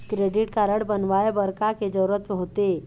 Credit card बनवाए बर का के जरूरत होते?